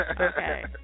Okay